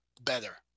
better